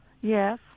Yes